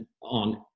on